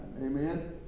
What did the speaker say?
Amen